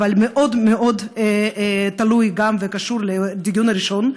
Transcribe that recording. אבל מאוד מאוד תלוי וקשור לדיון הראשון: